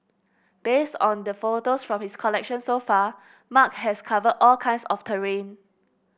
based on the photos from his collection so far Mark has covered all kinds of terrain